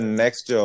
next